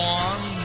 one